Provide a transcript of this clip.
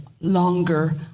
longer